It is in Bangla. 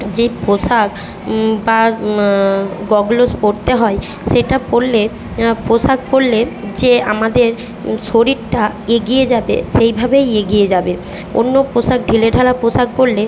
যে পোশাক বা গগোলস পরতে হয় সেটা পরলে পোশাক পরলে যে আমাদের শরীরটা এগিয়ে যাবে সেই ভাবেই এগিয়ে যাবে অন্য পোশাক ঢিলেঢালা পোশাক পরলে